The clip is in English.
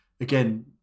again